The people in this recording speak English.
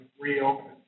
reopen